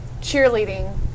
cheerleading